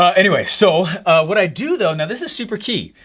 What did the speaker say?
um anyway, so what i do though, now, this is super key.